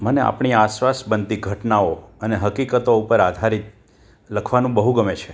મને આપણી આસપાસ બનતી ઘટનાઓ અને હકીકતો ઉપર આધારિત લખવાનું બહુ ગમે છે